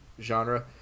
genre